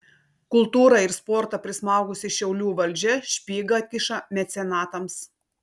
kultūrą ir sportą prismaugusi šiaulių valdžia špygą atkiša mecenatams